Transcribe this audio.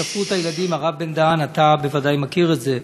בספרות ילדים, הרב בן-דהן, אתה בוודאי מכיר את זה,